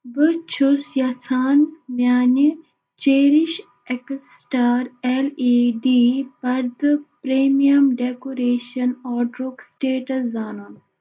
بہٕ چھُس یژھان میٛانہِ چیٚرِش اٮ۪کٕس سٕٹار اٮ۪ل ای ڈی پَردٕ پرٛیمیَم ڈٮ۪کُریشَن آڈرُک سٕٹیٹَس زانُن